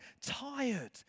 tired